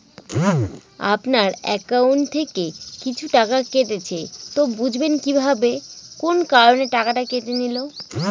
আপনার একাউন্ট থেকে কিছু টাকা কেটেছে তো বুঝবেন কিভাবে কোন কারণে টাকাটা কেটে নিল?